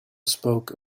spoke